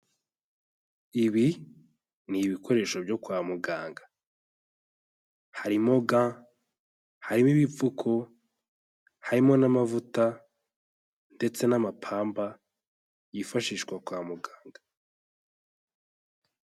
Ibi ni ibikoresho byo kwa muganga. Harimo ga, harimo ibipfuko, harimo n'amavuta ndetse n'amapamba yifashishwa kwa muganga.